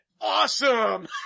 Awesome